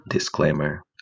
Disclaimer